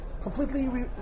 completely